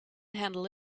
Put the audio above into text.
handle